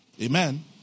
Amen